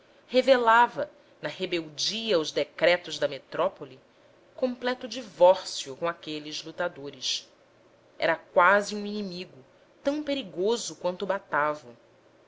revelava na rebeldia aos decretos da metrópole completo divórcio com aqueles lutadores era quase um inimigo tão perigoso quanto o batavo